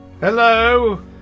Hello